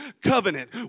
covenant